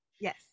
yes